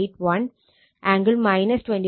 81 angle 21